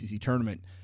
tournament